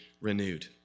renewed